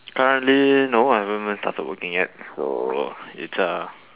currently no I haven't even started working yet so it's uh